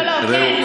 לא, לא.